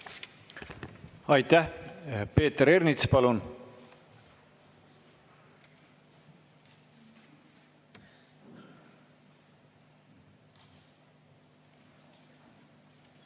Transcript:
Aitäh! Peeter Ernits, palun!